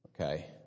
Okay